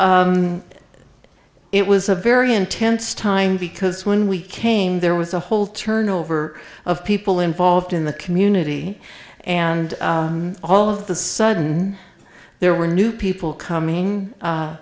so it was a very intense time because when we came there was a whole turnover of people involved in the community and all of the sudden there were new people coming